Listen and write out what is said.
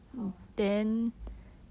how ah